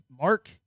Mark